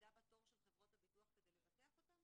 לעמידה בתור של חברות הביטוח כדי לבטח אותן